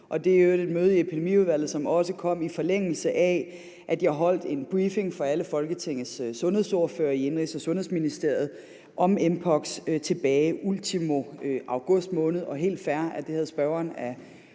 øvrigt et møde i Epidemiudvalget, som også kom i forlængelse af, at jeg holdt en briefing for alle Folketingets sundhedsordførere i Indenrigs- og Sundhedsministeriet om mpox tilbage ultimo august måned. Det er helt fair, at det havde spørgeren af